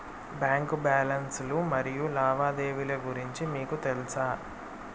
Bank balance లు మరియు లావాదేవీలు గురించి మీకు తెల్సా?